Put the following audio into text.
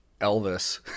Elvis